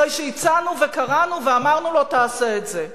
אחרי שהצענו וקראנו ואמרנו לו: תעשה את זה.